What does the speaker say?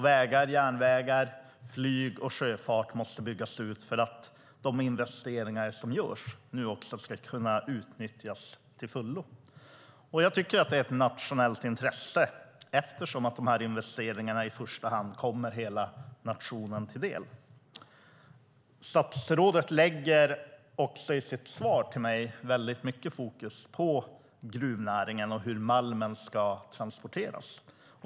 Vägar, järnvägar, flyg och sjöfart måste byggas ut för att de investeringar som nu görs också ska kunna utnyttjas till fullo. Jag tycker att det är ett nationellt intresse eftersom investeringarna i första hand kommer hela nationen till del. Statsrådet lägger i sitt svar till mig väldigt mycket fokus på gruvnäringen och hur malmen ska transporteras.